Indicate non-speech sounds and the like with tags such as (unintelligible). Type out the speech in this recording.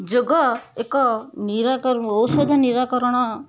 ଯୋଗ ଏକ (unintelligible) ଔଷଧ ନିରାକରଣ